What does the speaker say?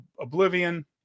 Oblivion